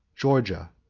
georgia,